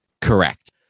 Correct